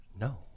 No